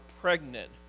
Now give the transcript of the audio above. pregnant